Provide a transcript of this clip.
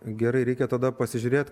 gerai reikia tada pasižiūrėt